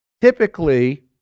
Typically